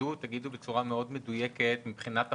שתחדדו ותגידו בצורה מדויקת מאוד מבחינת החובות,